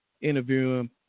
interviewing